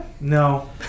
No